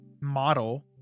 model